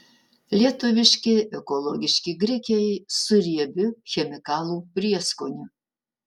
lietuviški ekologiški grikiai su riebiu chemikalų prieskoniu